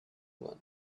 joan